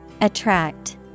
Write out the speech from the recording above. Attract